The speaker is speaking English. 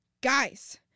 Guys